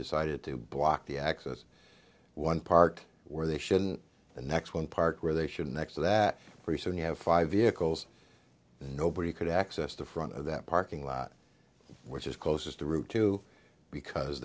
decided to block the access one park where they shouldn't the next one parked where they should next so that pretty soon you have five vehicles and nobody could access the front of that parking lot which is closest to route two because